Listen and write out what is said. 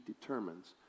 determines